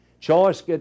Choice